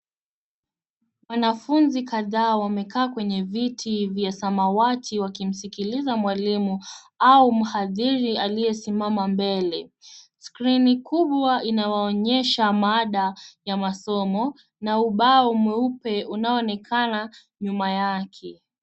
Wanafunzi kadhaa wamekaa kwenye viti vya samawati wakimsikiliza mwalimu au mhadhiri aliye simama mbele. Skrini kubwa inawaonyesha mada ya masomo na ubao mweupe unao onekana nyuma yake.